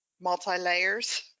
multi-layers